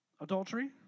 Adultery